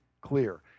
clear